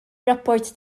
rapport